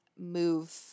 move